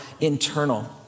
internal